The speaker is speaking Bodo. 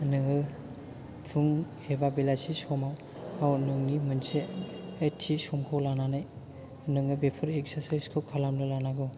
नोङो फुं एबा बेलासि समाव नोंनि मोनसे थि समखौ लानानै नोङो बेफोर एकसारसाइसखौ खालामनो लानांगौ